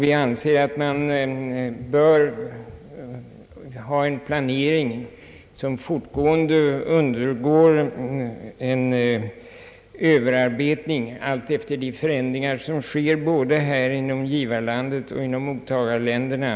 Vi anser att det bör ske en planering som fortlöpande undergår överarbetning, allt efter de förändringar som äger rum både här i landet och inom mottagarländerna.